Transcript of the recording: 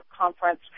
Conference